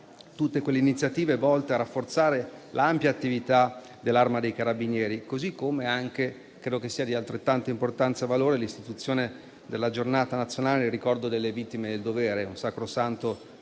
tutte le iniziative volte a rafforzare l'ampia attività dell'Arma dei Carabinieri. Credo sia di altrettanta importanza e valore l'istituzione della Giornata nazionale in ricordo delle vittime del dovere, un sacrosanto